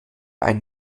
einen